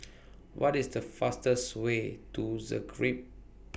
What IS The fastest Way to Zagreb